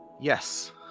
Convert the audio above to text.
Yes